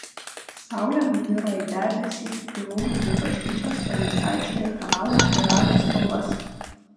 saulė nuniro į debesį ir rūmai bei bažnyčios palei aikštę ir kanalą prarado spalvas